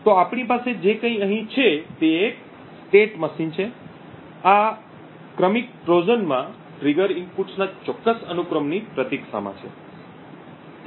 તો આપણી પાસે જે કંઇ અહીં છે તે એક સ્ટેટ મશીન છે આ ક્રમિક ટ્રોજનમાં ટ્રિગર ઇનપુટ્સના ચોક્કસ અનુક્રમની પ્રતીક્ષામાં છે